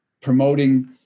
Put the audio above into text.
promoting